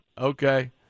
Okay